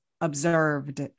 observed